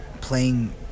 playing